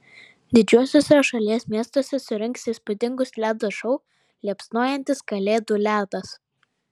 didžiuosiuose šalies miestuose surengs įspūdingus ledo šou liepsnojantis kalėdų ledas